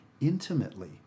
intimately